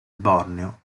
borneo